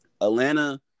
Atlanta